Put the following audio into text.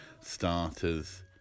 starters